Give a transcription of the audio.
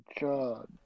god